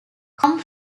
come